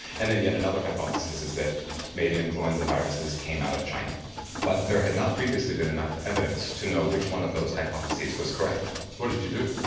and then yet another hypothesis is that maybe influenza viruses came out of china but there had not previously been enough evidence to know which one of those hypotheses was correct. so what did you do?